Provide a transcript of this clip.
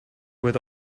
with